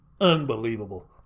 Unbelievable